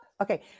okay